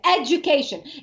education